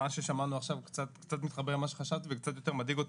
ששמענו עכשיו קצת מתחבר למה שחשבתי וקצת יותר מדאיג אותי,